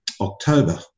October